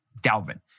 Dalvin